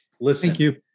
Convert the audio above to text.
listen